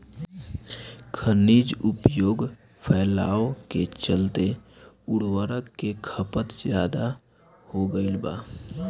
खनिज उपयोग फैलाव के चलते उर्वरक के खपत ज्यादा हो गईल बा